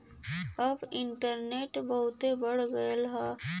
अब इन्टरनेट बहुते बढ़ गयल हौ